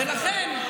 ולכן,